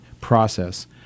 process